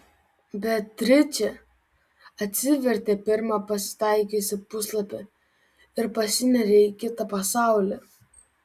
beatričė atsivertė pirmą pasitaikiusį puslapį ir pasinėrė į kitą pasaulį